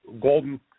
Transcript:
Golden